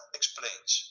explains